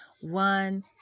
One